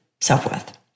self-worth